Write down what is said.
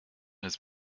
has